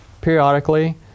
periodically